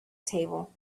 table